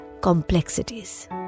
complexities